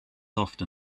soft